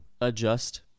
Adjust